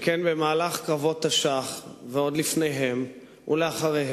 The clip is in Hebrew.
שכן במהלך קרבות תש"ח ועוד לפניהם ולאחריהם